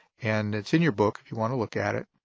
and it's in your book if you want to look at it,